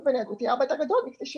בניידות יהיה הרבה יותר גדול מהיום.